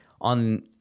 on